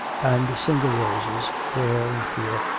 and single roses there and here,